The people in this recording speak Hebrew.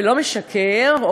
ולא משקר,